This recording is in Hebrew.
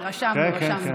רשמנו, רשמנו.